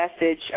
message